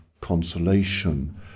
consolation